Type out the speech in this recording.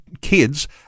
kids